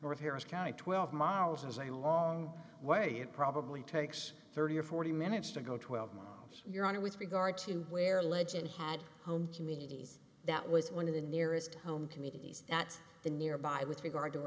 north harris county twelve miles is a long way it probably takes thirty or forty minutes to go twelve miles you're on with regard to where legend had home communities that was one of the nearest home communities at the nearby with regard to